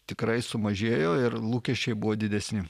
tikrai sumažėjo ir lūkesčiai buvo didesni